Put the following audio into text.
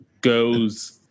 goes